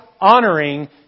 honoring